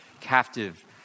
captive